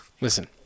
Listen